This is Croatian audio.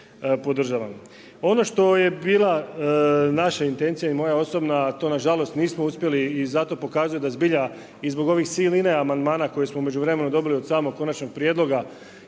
Ono što je bila naša intencija i moja osobna a to nažalost nismo uspjeli i zato pokazuje da je zbilja i zbog ove siline amandmana koje smo u međuvremenu dobili od samog konačnog prijedloga